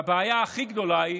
והבעיה הכי גדולה היא